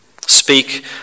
Speak